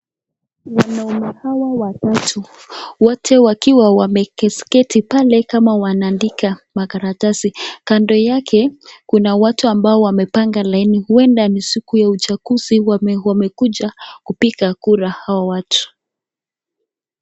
Wanaume hawa watatu wote wakiwa wameketi pale kama wanaandika makaratasi ,Kando yake kuna watu ambao wamepanga laini huenda ni siku ya uchaguzi ,wamekuja kupiga kura hao watu.